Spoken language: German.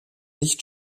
nicht